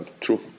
true